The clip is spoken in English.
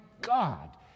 God